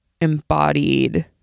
embodied